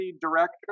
director